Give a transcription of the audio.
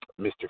Mr